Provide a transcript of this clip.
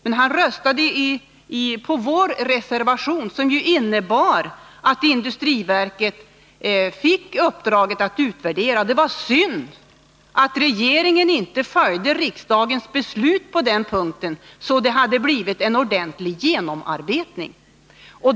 Rune Ångström röstade i stället för vår reservation, som ju innebar att industriverket fick uppdraget att göra en utvärdering. Det var synd att regeringen inte följde riksdagens beslut på den punkten, så att det hade kunnat bli en ordentlig genomarbetning.